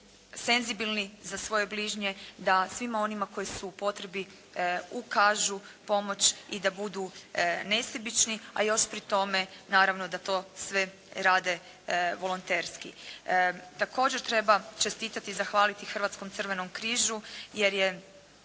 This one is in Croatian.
senzibilni za svoje bližnje, da svima onima koji su u potrebi ukažu pomoć i da budu nesebični a još pri tome, naravno da to sve rade volonterski. Također treba čestitati i zahvaliti Hrvatskom crvenom križu jer je